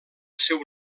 seu